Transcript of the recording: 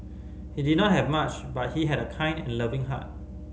he did not have much but he had a kind and loving heart